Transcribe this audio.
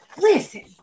Listen